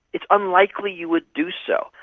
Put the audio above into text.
it's unlikely you would do so.